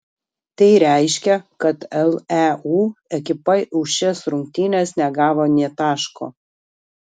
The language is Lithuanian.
tai reiškia kad leu ekipa už šias rungtynes negavo nė taško